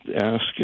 ask